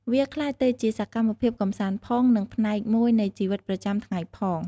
វាក្លាយទៅជាសកម្មភាពកំសាន្តផង និងផ្នែកមួយនៃជីវិតប្រចាំថ្ងៃផង។